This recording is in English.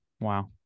wow